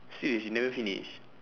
serious you never finished